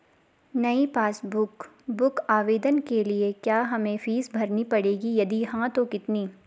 नयी passbook book आवेदन के लिए क्या हमें फीस भरनी पड़ेगी यदि हाँ तो कितनी?